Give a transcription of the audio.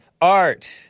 Art